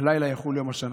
הלילה יחול יום השנה.